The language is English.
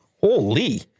Holy